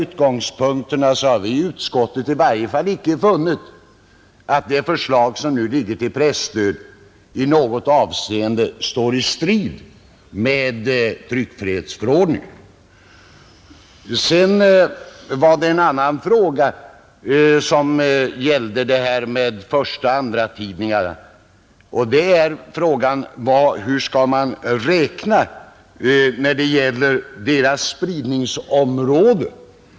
Utskottsmajoriteten har, efter att ha tagit del av olika tryckfrihetsrättsliga synpunkter, funnit att det föreliggande förslaget till presstöd icke står i strid med tryckfrihetsförordningen. Vidare har här tagits upp en annan fråga rörande förstaoch andratidningar, nämligen hur man skall räkna när det gäller deras spridningsområden.